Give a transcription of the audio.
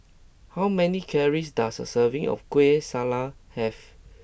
how many calories does a serving of Kueh Salat have